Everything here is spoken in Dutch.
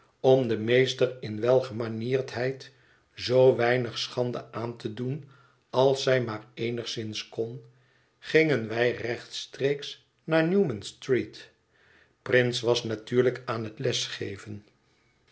om den meester in welgemanierdheid zoo weinig schande aan te doen als zij maar eenigszins kon gingen wij rechtstreeks naar newman street prince was natuurlijk aan het les geven